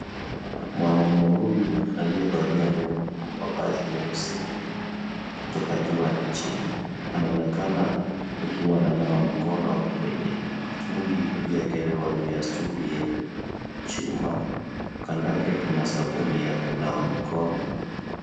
Mwanaume huyu aliyevalia mavazi meusi kutoka juu hadi chini anaonekna akiwa anawawa mkono kwenye mtungi uliowekelewa juu ya situli yenye chuma ,kando yake kuna sabauni ya kunawa mikono.